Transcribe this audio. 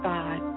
God